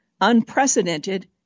unprecedented